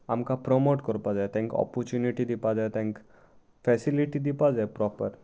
आमकां प्रोमोट करपा जाय तांकां ऑपोर्चुनिटी दिवपा जाय तांकां फेसिलिटी दिवपा जाय प्रोपर